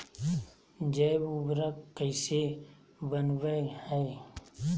जैव उर्वरक कैसे वनवय हैय?